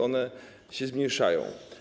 One się zmniejszają.